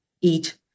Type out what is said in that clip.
eat